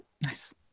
Nice